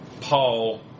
Paul